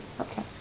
okay